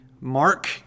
mark